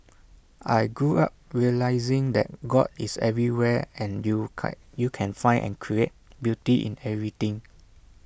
I grew up realising that God is everywhere and you can't can find and create beauty in everything